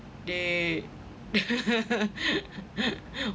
they